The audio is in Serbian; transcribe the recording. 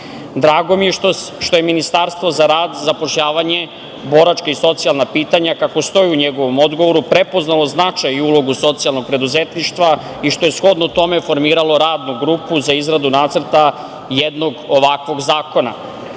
mi je što je Ministarstvo za rad, zapošljavanje, boračka i socijalna pitanja, kako stoji u njegovom odgovoru prepoznalo značaj i ulogu socijalnog preduzetništva i što je shodno tome formiralo Radnu grupu za izradu nacrta jednog ovakvog